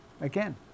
again